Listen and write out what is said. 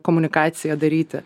komunikaciją daryti